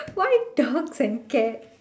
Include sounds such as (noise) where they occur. (laughs) why dogs and cats